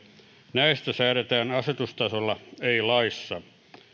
näistä säädetään asetustasolla ei laissa